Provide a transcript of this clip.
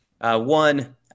One